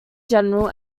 general